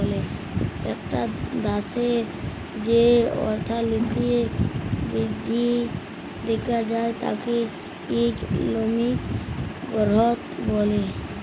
একটা দ্যাশের যে অর্থলৈতিক বৃদ্ধি দ্যাখা যায় তাকে ইকলমিক গ্রথ ব্যলে